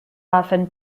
often